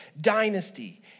dynasty